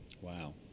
Wow